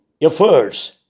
efforts